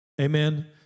amen